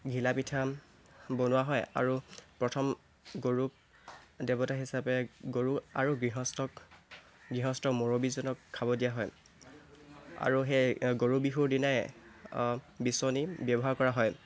ঘিলা পিঠা বনোৱা হয় আৰু প্ৰথম গৰুক দেৱতা হিচাপে গৰু আৰু গৃহস্থক গৃহস্থৰ মুৰব্বিজনক খাব দিয়া হয় আৰু সেই গৰু বিহুৰ দিনাই বিচনী ব্যৱহাৰ কৰা হয়